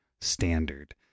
standard